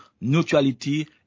neutrality